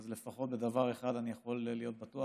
לפחות בדבר אחד אני יכול להיות בטוח,